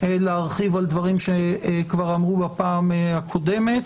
להרחיב על דברים שכבר אמרו בפעם הקודמת.